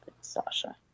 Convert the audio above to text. Sasha